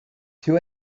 two